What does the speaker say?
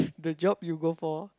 the job you go for